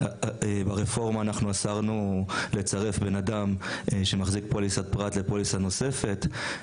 ברפורמה אנחנו אסרנו לצרף בן אדם שמחזיק פוליסת פרט לפוליסה נוספת.